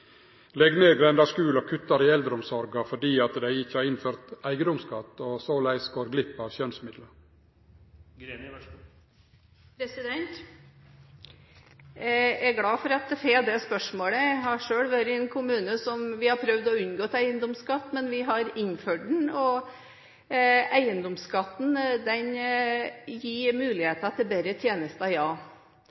og kuttar i eldreomsorga fordi dei ikkje har innført eigedomsskatt, og såleis går glipp av skjønnsmidlar? Jeg er glad for at jeg får det spørsmålet. Jeg har selv vært i en kommune der vi har prøvd å unngå eiendomsskatt, men vi har innført den, og eiendomsskatten gir muligheter til bedre tjenester.